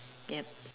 yup